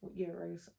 Euros